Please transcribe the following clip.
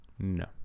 No